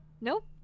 nope